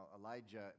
Elijah